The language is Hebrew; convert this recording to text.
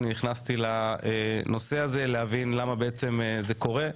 כדי להבין למה בעצם זה קורה.